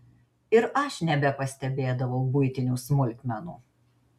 ir aš nebepastebėdavau buitinių smulkmenų